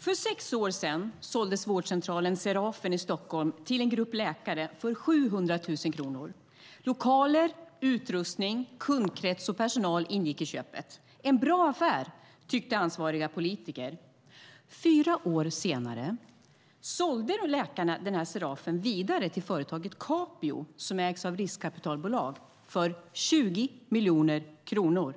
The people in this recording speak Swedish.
För sex år sedan såldes vårdcentralen Serafen i Stockholm till en grupp läkare för 700 000 kronor. Lokaler, utrustning, kundkrets och personal ingick i köpet. En bra affär, tyckte ansvariga politiker. Fyra år senare säljer läkarna Serafen vidare till företaget Capio, som ägs av riskkapitalbolag, för 20 miljoner kronor.